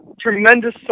tremendous